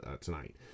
tonight